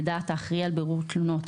לדעת האחראי על בירור תלונות,